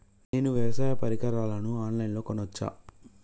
నేను వ్యవసాయ పరికరాలను ఆన్ లైన్ లో కొనచ్చా?